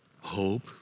hope